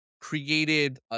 created